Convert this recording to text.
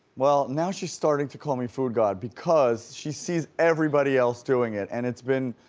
well, now she's starting to call me foodgod because she sees everybody else doing it and it's been,